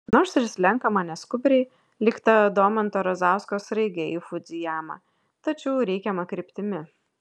nors ir slenkama neskubriai lyg ta domanto razausko sraigė į fudzijamą tačiau reikiama kryptimi